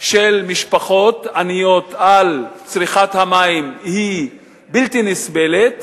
של משפחות עניות על צריכת מים הן בלתי נסבלות,